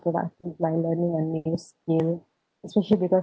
productive like learning a new skill especially because